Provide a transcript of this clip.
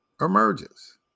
emerges